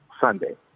Sunday